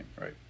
right